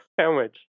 sandwich